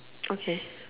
okay